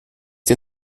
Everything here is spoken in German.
dir